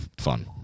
fun